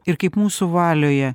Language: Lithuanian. ir kaip mūsų valioje